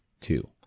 Two